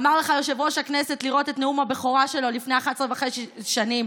אמר לך יושב-ראש הכנסת לראות את נאום הבכורה שלו לפני 11 וחצי שנים.